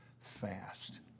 fast